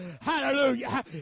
hallelujah